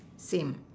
same